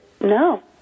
No